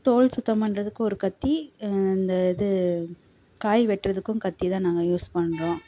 தோல் சுத்தம் பண்ணுறதுக்கு ஒரு கத்தி இந்த இது காய் வெட்டுறதுக்கும் கத்தி தான் நாங்கள் யூஸ் பண்ணுறோம்